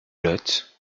lot